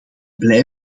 blij